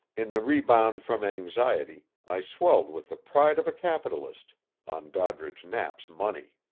in the rebound from anxiety, i swelled with the pride of a capitalist on doddridge knapp's money.